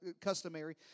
customary